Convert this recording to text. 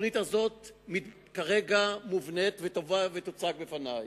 התוכנית הזאת כרגע מובנית ותובא ותוצג בפני,